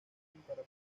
para